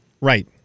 Right